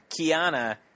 Kiana